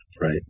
Right